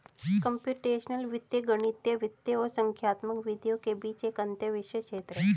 computational वित्त गणितीय वित्त और संख्यात्मक विधियों के बीच एक अंतःविषय क्षेत्र है